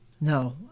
No